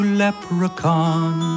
leprechaun